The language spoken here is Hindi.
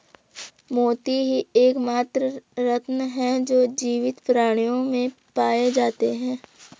मोती ही एकमात्र रत्न है जो जीवित प्राणियों में पाए जाते है